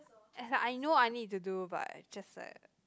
as I know I need to do but I just sad